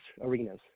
arenas